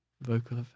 Vocal